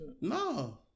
No